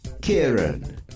Kieran